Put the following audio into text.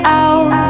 out